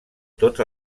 tots